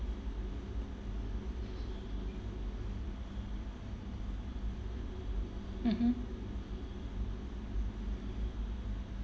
mmhmm